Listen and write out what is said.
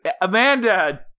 Amanda